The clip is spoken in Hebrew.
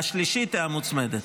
והשלישית היא מוצמדת.